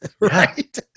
right